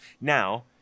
Now